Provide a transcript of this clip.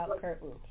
curtains